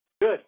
Good